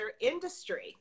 industry